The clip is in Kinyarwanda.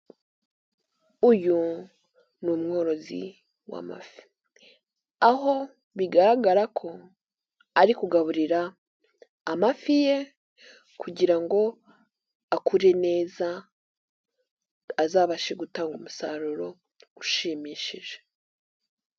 Uyu ni umworozi wa mafi aho bigaragara ko ari kugaburira amafi ye kugira ngo akure neza azabashe gutanga umusaruro ushimishije.